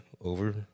over